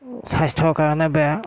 স্বাস্থ্যৰ কাৰণে বেয়া